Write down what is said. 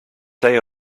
day